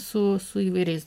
su su įvairiais